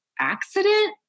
accident